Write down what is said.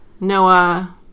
Noah